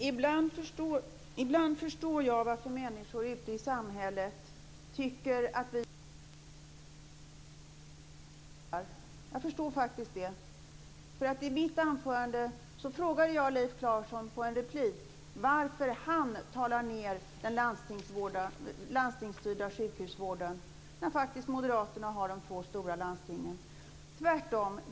Fru talman! Ibland förstår jag varför människor ute i samhället tycker att vi politiker talar illa som saker. I mitt anförande frågade jag Leif Carlson varför han rackar ned på den landstingsstyrda sjukhusvården, när faktiskt moderaterna styr de två stora landstingen.